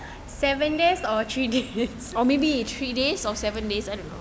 seven days or three weeks